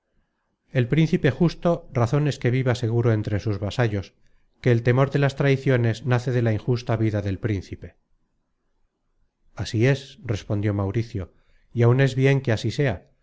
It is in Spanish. el príncipe justo razon es que viva seguro entre sus vasallos que el temor de las traiciones nace de la injusta vida del príncipe así es respondió mauricio y aun es bien que así sea